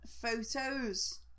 photos